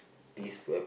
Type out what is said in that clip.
this weap~